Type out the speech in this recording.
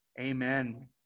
Amen